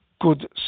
good